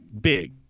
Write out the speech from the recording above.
big